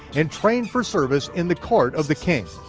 and trained for service in the court of the king.